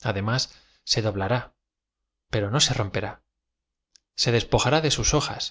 además se doblará pero no se rom perá se despo ja rá de sus hojas